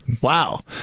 Wow